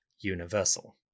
universal